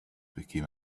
became